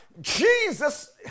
Jesus